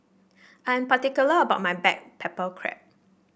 I'm particular about my back pepper crab